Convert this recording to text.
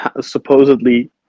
supposedly